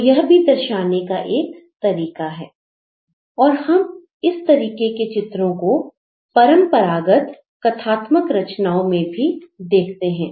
तो यह भी दर्शाने का एक तरीका है और हम इस तरीके के चित्रों को परंपरागत कथात्मक रचनाओं में भी देखते हैं